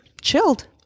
chilled